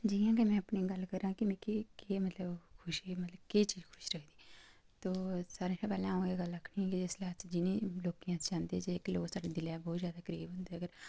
जि'यां कि में अपनी गल्ल करां कि मिगी केह् मतलब खुशी ऐ केह् मतलब केह् चीज़ खुश रखदी तो सारें कशा पैह्लें अं'ऊ एह् आखना कि इसलै अस जि'नें लोकें गी अस चाहंदे जेह्के लोक साढ़े दिलै दे बहुत जादै करीब होंदे ते अगर